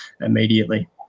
immediately